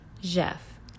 jeff